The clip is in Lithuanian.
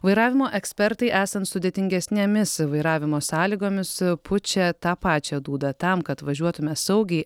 vairavimo ekspertai esant sudėtingesnėmis vairavimo sąlygomis pučia tą pačią dūdą tam kad važiuotume saugiai